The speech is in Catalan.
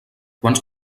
quants